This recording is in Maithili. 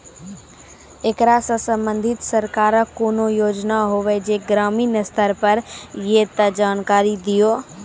ऐकरा सऽ संबंधित सरकारक कूनू योजना होवे जे ग्रामीण स्तर पर ये तऽ जानकारी दियो?